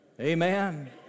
Amen